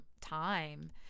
time